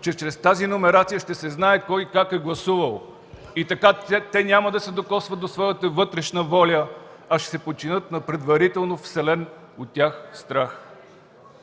че чрез тази номерация ще се знае кой как е гласувал и така те няма да се докосват до своята вътрешна воля, а ще се подчинят на предварително вселен у тях страх.